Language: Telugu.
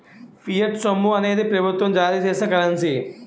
ఫియట్ సొమ్ము అనేది ప్రభుత్వం జారీ చేసిన కరెన్సీ